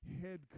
head